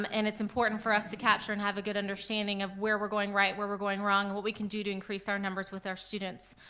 um and it's important for us to capture and have a good understanding of where we're going right, where we're going wrong, and what we can do to increase our numbers with our students.